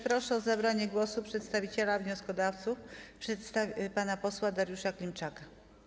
Proszę o zabranie głosu przedstawiciela wnioskodawców pana posła Dariusza Klimczaka.